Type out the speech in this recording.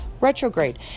retrograde